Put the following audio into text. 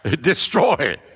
destroy